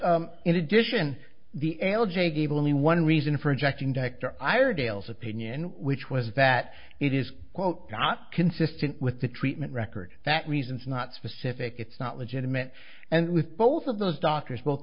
in addition the l j gave only one reason for rejecting dr ira dale's opinion which was that it is quote not consistent with the treatment record that reasons not specific it's not legitimate and with both of those doctors both